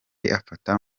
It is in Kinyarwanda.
afata